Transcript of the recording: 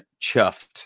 chuffed